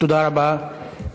תודה רבה.